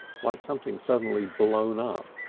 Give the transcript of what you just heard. like something suddenly blown up.